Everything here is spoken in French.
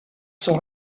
sont